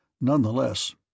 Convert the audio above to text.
Nonetheless